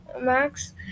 max